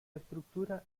estructura